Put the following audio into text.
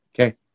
Okay